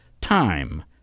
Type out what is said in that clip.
time